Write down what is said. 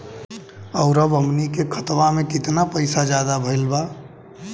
और अब हमनी के खतावा में कितना पैसा ज्यादा भईल बा?